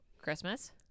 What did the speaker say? Christmas